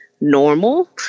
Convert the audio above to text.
normal